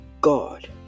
God